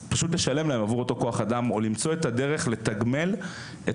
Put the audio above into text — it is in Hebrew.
לשלם להם עבור אותו כוח אדם או למצוא את הדרך לתגמל את